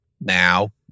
now